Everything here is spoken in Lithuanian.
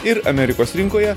ir amerikos rinkoje